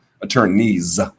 attorneys